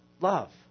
Love